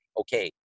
okay